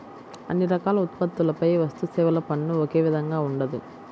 అన్ని రకాల ఉత్పత్తులపై వస్తుసేవల పన్ను ఒకే విధంగా ఉండదు